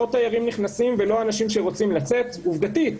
לא תיירים נכנסים ולא אנשים שרוצים לצאת עובדתית.